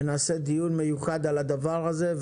ונעשה דיון מיוחד על הדבר הזה,